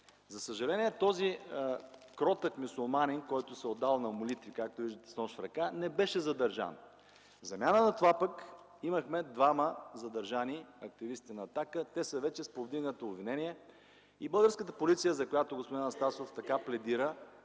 За съжаление този „кротък мюсюлманин”, който се е отдал на молитви, както виждате – с нож в ръка, не беше задържан. В замяна на това пък имахме двама задържани активисти на „Атака”. Те са вече с повдигнато обвинение. Българската полиция, за която господин Анастасов така пледира,